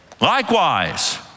likewise